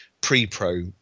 pre-pro